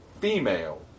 female